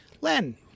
Len